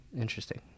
Interesting